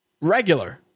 regular